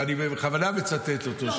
ואני בכוונה מצטט אותו,